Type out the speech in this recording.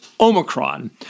Omicron